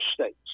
states